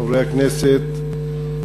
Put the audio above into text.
חברי הכנסת.